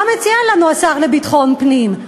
מה מציע לנו השר לביטחון פנים?